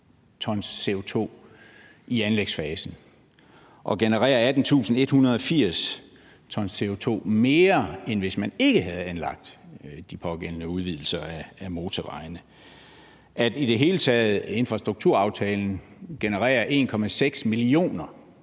t CO2 i anlægsfasen og genererer 18.180 t CO2 mere, end hvis man ikke havde etableret de pågældende udvidelser af motorvejene. I det hele taget genererer infrastrukturaftalen 1,6 mio.